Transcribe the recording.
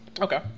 Okay